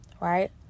right